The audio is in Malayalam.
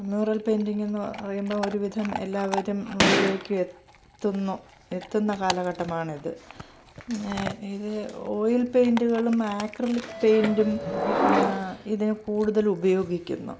മ്യൂറൽ പെയിൻ്റിങ്ങ് എന്നു പറയുമ്പോൾ ഒരുവിധം എല്ലാവരും മുന്നിലേക്ക് എത്തുന്നു എത്തുന്ന കാലഘട്ടമാണ് ഇത് പിന്നെ ഇത് ഓയിൽ പെയിൻ്റുകളും ആക്രിലിക്ക് പെയിൻ്റും ഇതിന് കൂടുതൽ ഉപയോഗിക്കുന്നു